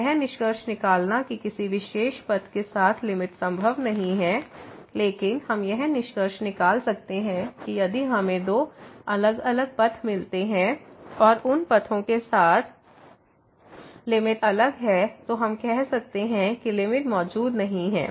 तो यह निष्कर्ष निकालना कि किसी विशेष पथ के साथ लिमिट संभव नहीं है लेकिन हम यह निष्कर्ष निकाल सकते हैं कि यदि हमें दो अलग अलग पथ मिलते हैं और उन पथों के साथ लिमिट अलग है तो हम कह सकते हैं कि लिमिट मौजूद नहीं है